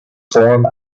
form